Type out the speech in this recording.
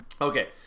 Okay